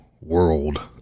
world